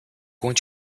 going